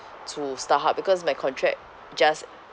to starhub because my contract just